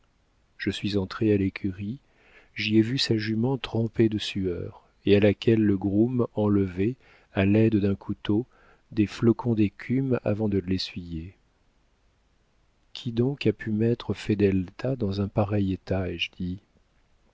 je suis entrée à l'écurie j'y ai vu sa jument trempée de sueur et à laquelle le groom enlevait à l'aide d'un couteau des flocons d'écume avant de l'essuyer qui donc a pu mettre fedelta dans un pareil état